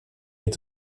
est